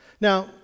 Now